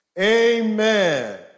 Amen